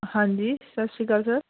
ਹਾਂਜੀ ਸਤਿ ਸ਼੍ਰੀ ਅਕਾਲ ਸਰ